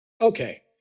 Okay